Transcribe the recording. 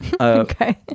Okay